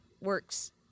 works